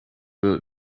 will